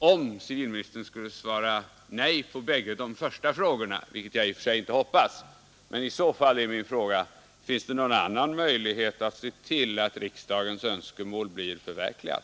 Om civilministern skulle svara nej på bägge de första frågorna — vilket jag i och för sig inte hoppas — är min tredje fråga: Finns det någon annan möjlighet att se till att riksdagens önskemål blir förverkligat?